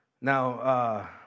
Now